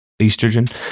estrogen